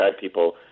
people